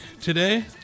today